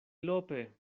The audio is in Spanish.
lope